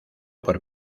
por